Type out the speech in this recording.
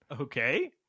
Okay